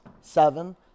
seven